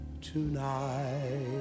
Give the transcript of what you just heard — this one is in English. tonight